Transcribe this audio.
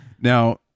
Now